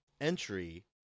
entry